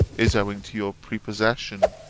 is owing to your prepossession.